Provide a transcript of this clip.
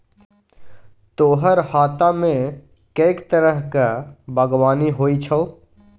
तोहर हातामे कैक तरहक बागवानी होए छौ